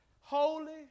holy